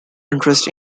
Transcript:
interests